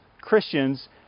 Christians